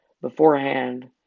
beforehand